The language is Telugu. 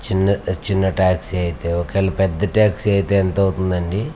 చిన్న చిన్న ట్యాక్సీ అయితే ఒకవేళ పెద్ద ట్యాక్సీ అయితే ఎంత అవుతుంది అండి